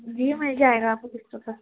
جی مِل جائے گا آپ کو قسطوں پر